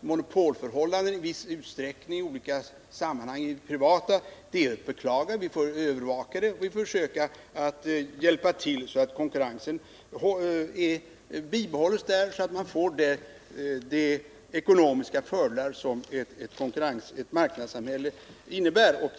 monopolförhållanden i viss utsträckning i olika sammanhang inom det privata näringslivet är att beklaga. Vi får övervaka det och försöka hjälpa till så att konkurrensen bibehålls och man får de ekonomiska fördelar som en marknadsekonomi innebär.